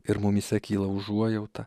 ir mumyse kyla užuojauta